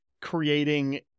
creating